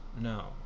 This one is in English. no